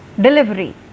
delivery